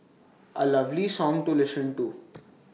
A lovely song to listen to